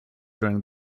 during